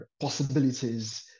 possibilities